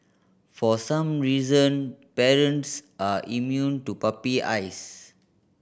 for some reason parents are immune to puppy eyes